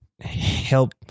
help